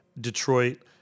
Detroit